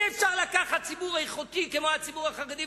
אי-אפשר לקחת ציבור איכותי כמו הציבור החרדי,